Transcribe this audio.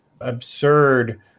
absurd